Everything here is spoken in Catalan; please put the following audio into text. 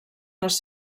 les